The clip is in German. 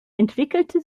entwickelte